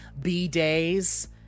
B-Day's